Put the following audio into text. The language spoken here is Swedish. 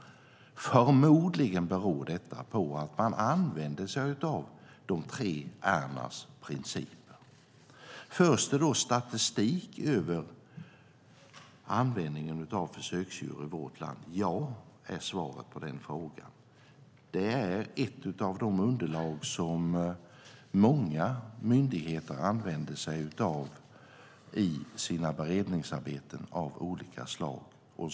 Förmodligen beror detta på att man använder sig av de tre r:ens princip. Förs det statistik över användningen av försöksdjur i vårt land? Ja, är svaret på den frågan. Statistiken är ett av de underlag som många myndigheter använder sig av i sina beredningsarbeten av olika slag.